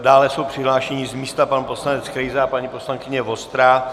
Dále jsou přihlášeni z místa pan poslanec Krejza a paní poslankyně Vostrá.